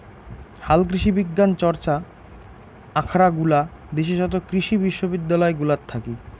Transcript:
হালকৃষিবিজ্ঞান চর্চা আখরাগুলা বিশেষতঃ কৃষি বিশ্ববিদ্যালয় গুলাত থাকি